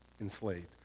enslaved